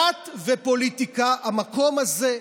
דת ופוליטיקה, המקום הזה,